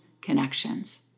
connections